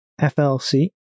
FLC